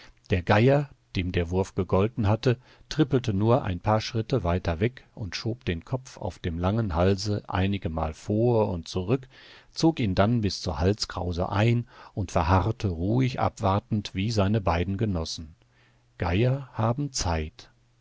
der geier dem der wurf gegolten hatte trippelte nur ein paar schritte weiter weg und schob den kopf auf dem langen halse einigemal vor und zurück zog ihn dann bis zur halskrause ein und verharrte ruhig abwartend wie seine beiden genossen geier haben zeit